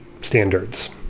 standards